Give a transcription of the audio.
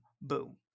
Boom